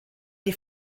die